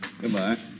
Goodbye